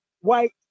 white